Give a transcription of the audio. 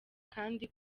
kandi